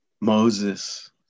Moses